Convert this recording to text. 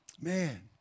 Man